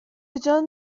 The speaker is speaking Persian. جان